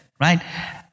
Right